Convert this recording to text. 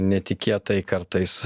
netikėtai kartais